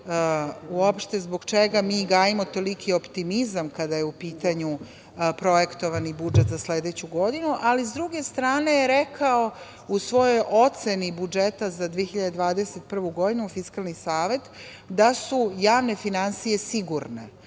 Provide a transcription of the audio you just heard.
uopšte zbog čega mi gajimo toliki optimizam kada je u pitanju projektovani budžet za sledeću godinu. Ali, s druge strane je rekao, u svojoj oceni budžeta za 2021. godinu, Fiskalni savet, da su javne finansije sigurne,